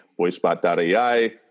VoiceBot.ai